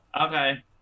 Okay